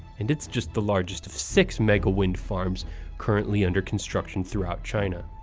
and it's just the largest of six mega-wind farms currently under construction throughout china.